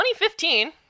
2015